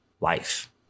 life